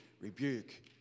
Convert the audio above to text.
rebuke